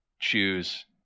choose